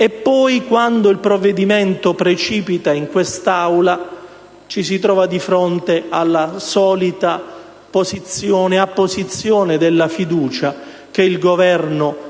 e poi, quando il provvedimento precipita in quest'Aula, ci si trova di fronte alla solita apposizione della fiducia che il Governo